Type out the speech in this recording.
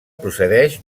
procedeix